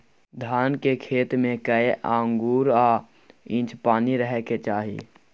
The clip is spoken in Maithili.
धान के खेत में कैए आंगुर आ इंच पानी रहै के चाही?